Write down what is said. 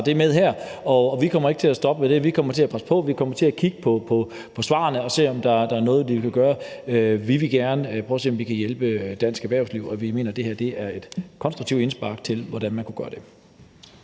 det med her. Vi kommer ikke til at stoppe med det, vi kommer til at presse på; vi kommer til at kigge på svarene og se, om der er noget, vi kan gøre. Vi vil gerne prøve at se, om vi kan hjælpe dansk erhvervsliv, og vi mener, det her er et konstruktivt indspark til, hvordan man kunne gøre det.